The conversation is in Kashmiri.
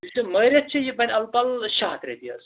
یُس یہِ مٲرِتھ چھِ یہِ بَنہِ اَلہٕ پَلہٕ شےٚ ہَتھ رۄپیہِ حظ